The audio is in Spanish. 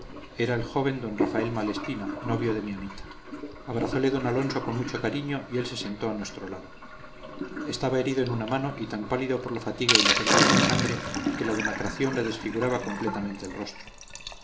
era el joven d rafael malespina novio de mi amita abrazole d alonso con mucho cariño y él se sentó a nuestro lado estaba herido en una mano y tan pálido por la fatiga y la pérdida de la sangre que la demacración le desfiguraba completamente el rostro